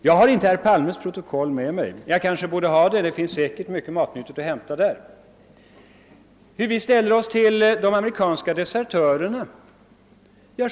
Jag har inte som han protokollet från programmet med mig, men jag kanske borde ha det, ty det finns säkerligen mycket matnyttigt att hämta där. Herr Palme frågar hur vi ställer oss till de amerikanska desertörerna.